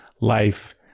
life